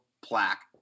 plaque